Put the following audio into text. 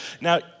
Now